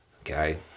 Okay